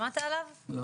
שמעת עליו?